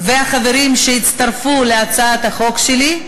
והחברים שהצטרפו להצעת החוק שלי.